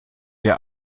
der